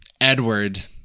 edward